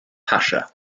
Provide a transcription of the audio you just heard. pasha